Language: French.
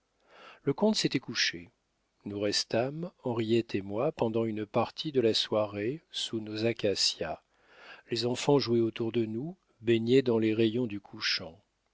le comte s'était couché nous restâmes henriette et moi pendant une partie de la soirée sous nos acacias les enfants jouaient autour de nous baignés dans les rayons du couchant